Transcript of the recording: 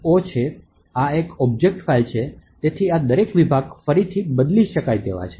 o છે આ એક ઑબ્જેક્ટ ફાઇલ છે તેથી આ દરેક વિભાગ ફરીથી બદલી શકાય તેવા છે